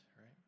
right